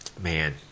Man